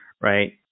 right